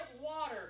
water